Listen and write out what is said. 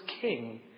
king